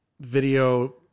video